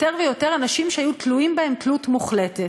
יותר ויותר אנשים שהיו תלויים בהם תלות מוחלטת.